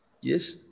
Yes